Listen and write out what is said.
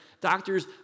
Doctors